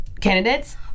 candidates